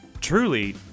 truly